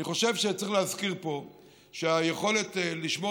אני חושב שצריך להזכיר פה שהיכולת לשמור